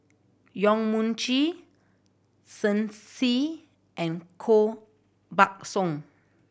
Yong Mun Chee Shen Xi and Koh Buck Song